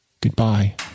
Goodbye